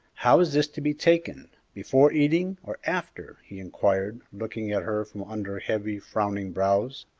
how is this to be taken before eating, or after? he inquired, looking at her from under heavy, frowning brows.